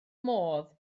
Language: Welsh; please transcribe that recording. modd